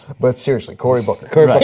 but seriously, corey booker?